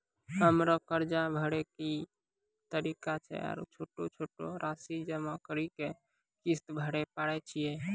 हमरा कर्ज भरे के की तरीका छै आरू छोटो छोटो रासि जमा करि के किस्त भरे पारे छियै?